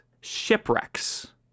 shipwrecks